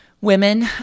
women